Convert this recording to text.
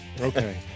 okay